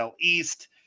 East